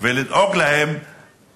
ולדאוג להם